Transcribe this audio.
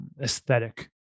aesthetic